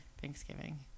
Thanksgiving